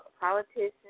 politicians